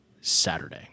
Saturday